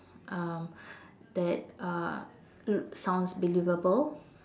um that uh l~ sounds believable